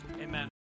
Amen